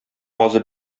казы